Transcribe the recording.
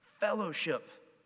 Fellowship